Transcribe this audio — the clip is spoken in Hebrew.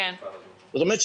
זאת אומרת,